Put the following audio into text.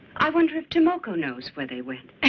i wonder if tomoko knows where they went.